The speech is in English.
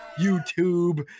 YouTube